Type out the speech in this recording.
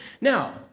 Now